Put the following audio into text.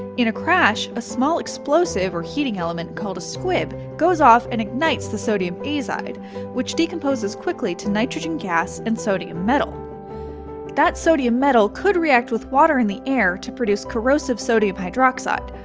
in a crash, a small explosive or heating element called a squib goes off and ignites the sodium azide which decomposes quickly to nitrogen gas and sodium metal that sodium metal could react with water in the air to produce corrosive sodium hydroxide,